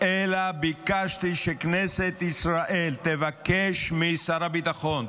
אלא ביקשתי שכנסת ישראל תבקש משר הביטחון,